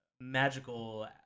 magical